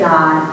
God